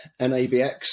NABX